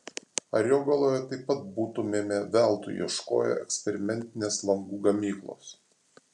ariogaloje taip pat būtumėme veltui ieškoję eksperimentinės langų gamyklos